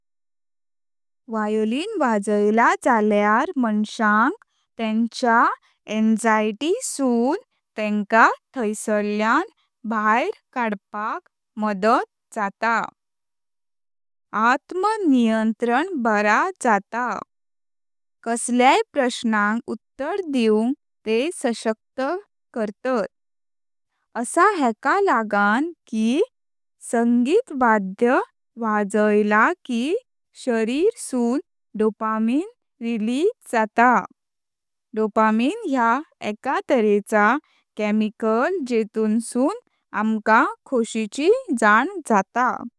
व्हायोलिन वाजायला झाल्यार माणसांक तेंच्या सुन तेंका थाइसारल्यां भायर कडपाक मदद जाता। आत्म नियंत्रण बरा जाता, आनी कसल्याय प्रश्नांक उत्तर दिवक ते सशक्त करता, असा एका लागण की संगीत वाध्य वाजायला की शरीर सुन डोपामिन रिलीज जाता। डोपामिन ह्या एकाटेरेचा केमिकल जेऊनसुन आमका खुशिची जान जाता।